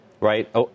Right